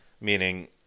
Meaning